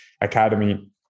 academy